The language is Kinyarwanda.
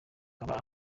akaba